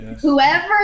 Whoever